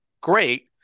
great